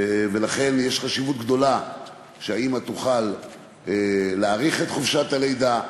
לכן יש חשיבות גדולה שהאימא תוכל להאריך את חופשת הלידה,